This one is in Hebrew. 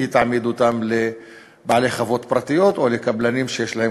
תעמיד אותה לבעלי חוות פרטיות או לקבלנים שיש להם